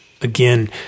Again